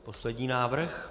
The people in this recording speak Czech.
Poslední návrh.